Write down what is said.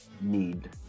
need